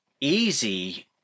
easy